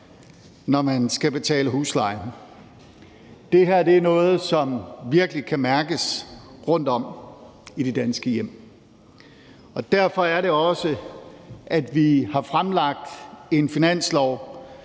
når man skal betale husleje. Det her er noget, som virkelig kan mærkes rundtom i de danske hjem, og derfor er det også sådan, at vi har fremlagt et finanslovsforslag,